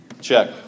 Check